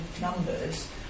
numbers